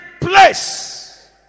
place